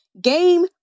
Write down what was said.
Game